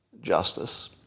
justice